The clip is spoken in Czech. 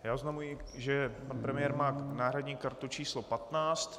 Oznamuji, že pan premiér má náhradní kartu číslo 15.